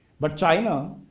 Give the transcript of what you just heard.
but china,